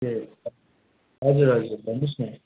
ए हजुर हजुर भन्नुहोस् न